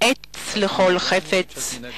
עת לכל חפץ,